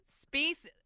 Space